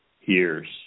years